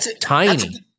tiny